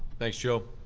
thanks, joe.